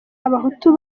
abahutu